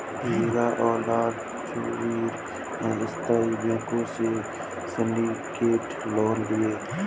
हीरा लाल झावेरी ने स्थानीय बैंकों से सिंडिकेट लोन लिया